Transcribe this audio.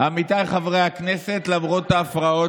מה אתה מתעסק